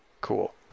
Cool